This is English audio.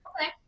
Okay